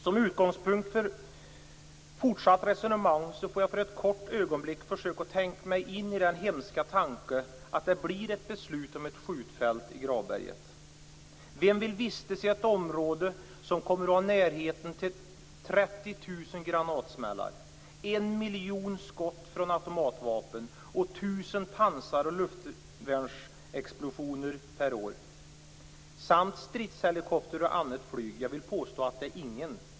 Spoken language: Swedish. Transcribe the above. Som utgångspunkt för ett fortsatt resonemang får jag för ett kort ögonblick försöka att tänka mig in i den hemska tanken att det blir ett beslut om ett skjutfält i Gravberget. Vem vill vistas i ett område som kommer att ha närheten till 30 000 granatsmällar, en miljon skott från automatvapen och 1 000 pansar och luftvärnsexplosioner per år samt stridshelikoptrar och annat flyg? Jag vill påstå att ingen vill det.